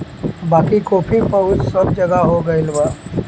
बाकी कॉफ़ी पहुंच सब जगह हो गईल बा